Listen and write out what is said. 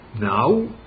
Now